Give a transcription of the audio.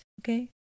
okay